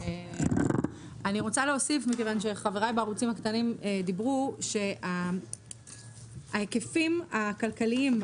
אני רוצה להוסיף מכיוון שחבריי בערוצים הקטנים אמרו שההיקפים הכלכליים,